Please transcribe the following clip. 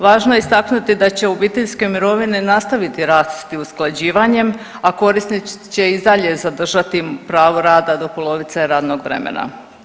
Važno je istaknuti da će obiteljske mirovine nastaviti rasti usklađivanje, a korisnici će i dalje zadržati pravo rada do polovice radnog vremena.